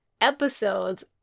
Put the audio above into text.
episodes